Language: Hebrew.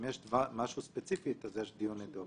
אם יש משהו ספציפי, אז יש דיון אד-הוקי.